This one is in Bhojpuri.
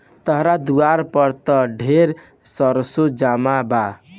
तहरा दुआर पर त ढेरे सरसो जामल बा